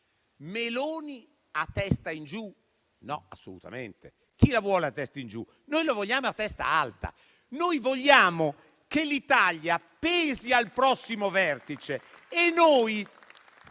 Meloni a testa in giù? No, assolutamente. Chi la vuole a testa in giù? Noi la vogliamo a testa alta. Noi vogliamo che l'Italia pesi al prossimo vertice